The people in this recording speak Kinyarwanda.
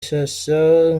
shyashya